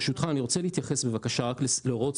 ברשותך אני רוצה להתייחס בבקשה להוראות